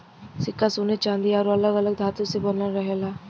सिक्का सोने चांदी आउर अलग अलग धातु से बनल रहेला